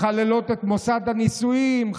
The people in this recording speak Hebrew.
מחללות את מוסד הנישואים,